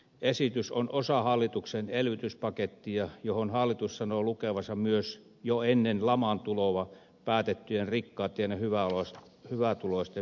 esitys on osa hallituksen elvytyspakettia johon hallitus sanoo lukevansa myös jo ennen laman tuloa päätetyt rikkaitten ja hyvätuloisten veronalennukset